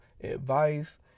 advice